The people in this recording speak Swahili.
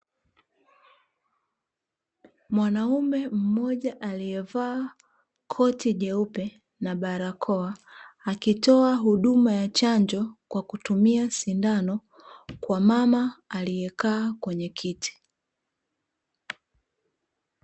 Mwanaume mmoja aliyevaa koti jeupe na barakoa, akitoa huduma ya chanjo kwa kutumia sindano kwa mama aliyekaa kwenye kiti.